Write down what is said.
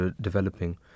developing